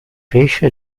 pesce